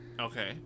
Okay